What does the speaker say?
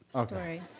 story